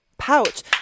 pouch